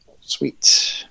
Sweet